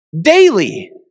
daily